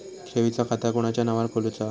ठेवीचा खाता कोणाच्या नावार खोलूचा?